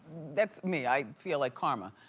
that's me. i feel like karma.